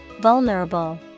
Vulnerable